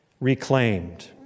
reclaimed